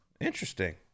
Interesting